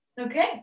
okay